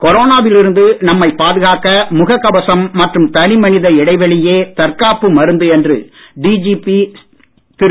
கொரோனாவில் இருந்து நம்மை பாதுகாக்க முகக் கவசம் மற்றும் தனி மனித இடைவெளியே தற்காப்பு மருந்து என்று டிஜிபி திரு